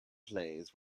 plays